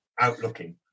outlooking